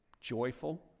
joyful